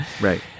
Right